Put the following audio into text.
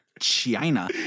China